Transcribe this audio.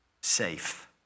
safe